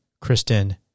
Kristen